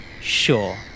Sure